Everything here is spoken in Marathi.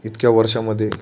इतक्या वर्षामधे